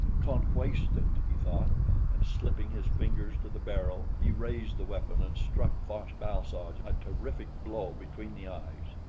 can't waste it, he thought and slipping his fingers to the barrel he raised the weapon and struck fosh-bal-soj a terrific blow between the eyes.